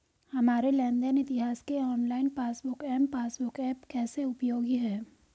हमारे लेन देन इतिहास के online passbook M passbook app कैसे उपयोगी है?